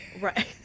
Right